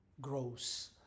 grows